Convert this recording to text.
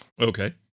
Okay